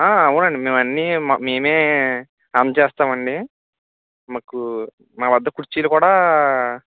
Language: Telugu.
ఆ అవును అండి మేము అన్నీ మ మేమే రన్ చేస్తాము అండి మీకు మా వద్ద కుర్చీలు కూడా